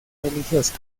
religiosa